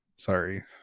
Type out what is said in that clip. Sorry